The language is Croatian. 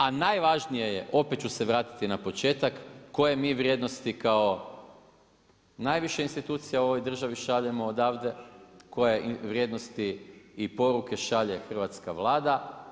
A najvažnije je, opet ću se vratiti na početak, koje mi vrijednosti kao najviša institucija u ovoj državi šaljemo odavde, koje vrijednosti i poruke šalje hrvatska Vlada.